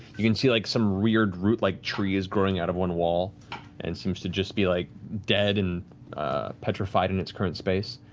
you can see like some weird root-like tree is growing out of one wall and seems to be like dead and petrified in its current space.